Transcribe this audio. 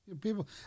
People